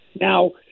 Now